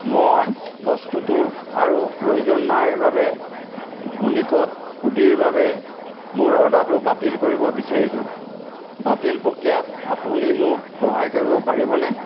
মই বস্তুটোৰ আৰু প্ৰয়োজন নাই বাবে ভুনিকত হুডিৰ বাবে মোৰ অৰ্ডাৰটো বাতিল কৰিব বিচাৰিছোঁ বাতিল প্ৰক্ৰিয়াত আপুনি মোক সহায় কৰিব পাৰিবনে